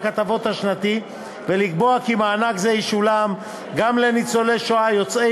ההטבות השנתי ולקבוע כי מענק זה ישולם גם לניצולי שואה יוצאי